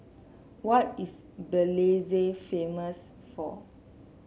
what is Belize famous for